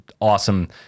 awesome